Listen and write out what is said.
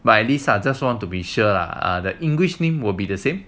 but at least or just want to be sure lah the english name will be the same